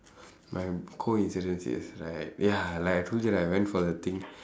my coincidence is right ya like I told you right I went for the thing